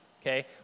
okay